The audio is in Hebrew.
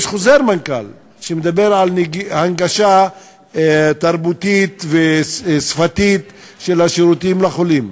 יש חוזר מנכ"ל שמדבר על הנגשה תרבותית ושפתית של השירותים לחולים.